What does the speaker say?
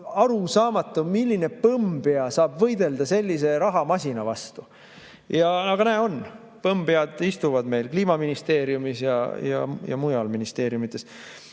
arusaamatu, milline põmmpea saab võidelda sellise rahamasina vastu! Aga näe, neid on. Põmmpead istuvad meil Kliimaministeeriumis ja mujal ministeeriumides.